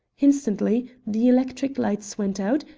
instantly the electric lights went out,